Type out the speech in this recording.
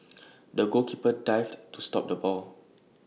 the goalkeeper dived to stop the ball